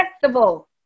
festival